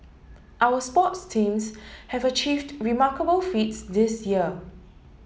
our sports teams have achieved remarkable feats this year